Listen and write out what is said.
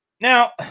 now